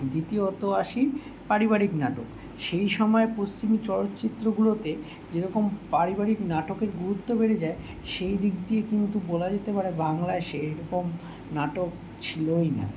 দ্বিতীয়ত আসি পারিবারিক নাটক সেই সময় পশ্চিম চলচ্চিত্রগুলোতে যেরকম পারিবারিক নাটকের গুরুত্ব বেড়ে যায় সেই দিক দিয়ে কিন্তু বলা যেতে পারে বাংলায় সেইরকম নাটক ছিলোই না